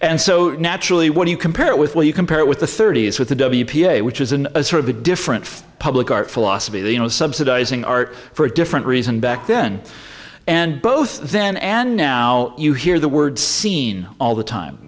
and so naturally when you compare it with well you compare it with the thirty's with the w p a which is in a sort of a different public art philosophy that you know subsidizing art for a different reason back then and both then and now you hear the word scene all the time